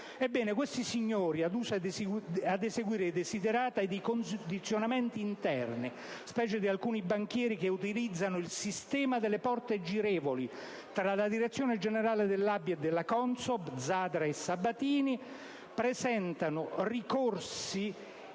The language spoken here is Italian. questi signori, adusi ad eseguire i *desiderata* e i condizionamenti interni, specie di alcuni banchieri che utilizzano il sistema delle porte girevoli tra la direzione generale dell'ABI e della CONSOB (Zadra e Sabatini), presentano ricorsi